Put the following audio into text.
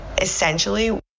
essentially